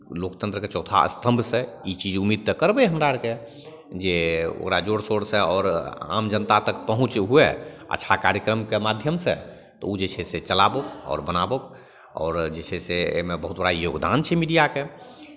लोकतन्त्रके चौथा स्तम्भसँ ई चीज उम्मीद तऽ करबै हमरा आरके जे ओकरा जोर शोरसँ आओर आम जनता तक पहुँच हुए अच्छा कार्यक्रमके माध्यमसँ तऽ ओ जे छै से चलाबहु आओर बनाबहु आओर जे छै से एहिमे बहुत बड़ा योगदान छै मीडियाके